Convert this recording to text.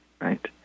right